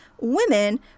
women